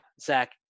Zach